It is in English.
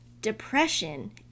Depression